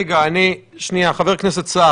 רגע, חבר הכנסת סער.